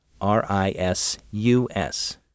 R-I-S-U-S